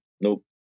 nope